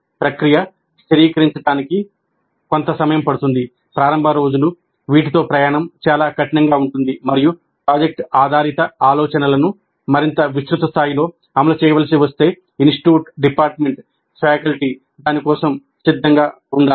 ప్రక్రియ స్థిరీకరించడానికి కొంత సమయం పడుతుంది ప్రారంభ రోజులు వీటితో ప్రయాణం చాలా కఠినంగా ఉంటుంది మరియు ప్రాజెక్ట్ ఆధారిత ఆలోచనలను మరింత విస్తృత స్థాయిలో అమలు చేయవలసి వస్తే ఇన్స్టిట్యూట్ డిపార్ట్మెంట్ ఫ్యాకల్టీ దాని కోసం సిద్ధంగా ఉండాలి